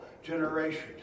generations